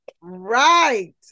right